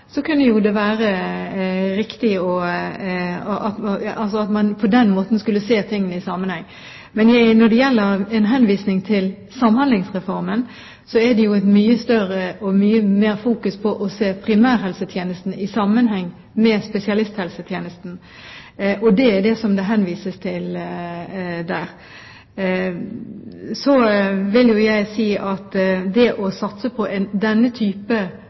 og at man på den måten skulle se ting i sammenheng, kunne det jo være riktig. Men når det gjelder henvisningen til Samhandlingsreformen, er det jo der mye mer fokus på å se primærhelsetjenesten i sammenheng med spesialisthelsetjenesten, og det er altså det det henvises til der. Så vil jeg si at det å satse på denne